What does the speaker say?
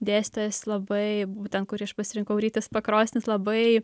dėstytojas labai būtent kurį aš pasirinkau rytis pakrosnis labai